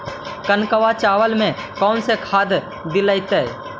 कनकवा चावल में कौन से खाद दिलाइतै?